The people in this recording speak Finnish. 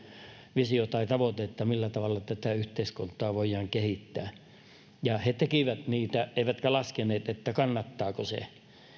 visio tai tavoite että millä tavalla tätä yhteiskuntaa voidaan kehittää he tekivät niitä eivätkä laskeneet kannattaako se